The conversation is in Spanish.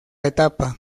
etapa